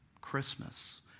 Christmas